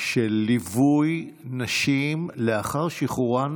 של ליווי נשים לאחר שחרורן